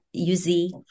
Uz